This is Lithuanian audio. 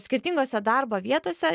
skirtingose darbo vietose